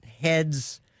heads